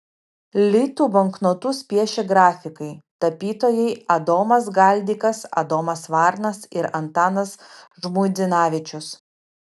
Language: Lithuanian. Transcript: litų banknotus piešė grafikai tapytojai adomas galdikas adomas varnas ir antanas žmuidzinavičius